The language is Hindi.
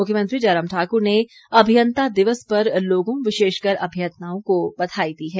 मुख्यमंत्री जयराम ठाक्र ने अभियंता दिवस पर लोगों विशेषकर अभियंताओं को बधाई दी है